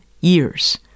years